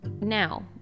Now